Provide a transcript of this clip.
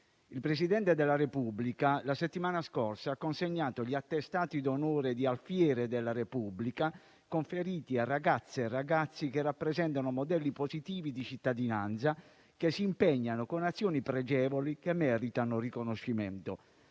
il Presidente della Repubblica la settimana scorsa ha consegnato gli attestati d'onore di alfiere della Repubblica, conferiti a ragazze e ragazzi che rappresentano modelli positivi di cittadinanza che si impegnano con azioni pregevoli che meritano riconoscimento.